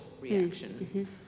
reaction